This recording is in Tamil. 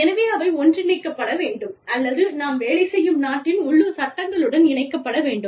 எனவே அவை ஒன்றிணைக்கப்பட வேண்டும் அல்லது நாம் வேலை செய்யும் நாட்டின் உள்ளூர் சட்டங்களுடன் இணைக்கப்பட வேண்டும்